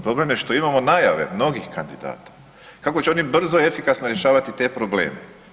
Problem je što imamo najave novih kandidata kako će oni brzo i efikasno rješavati te probleme.